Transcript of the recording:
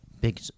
Big